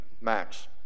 max